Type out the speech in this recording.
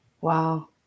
Wow